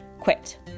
quit